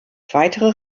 weitere